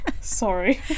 Sorry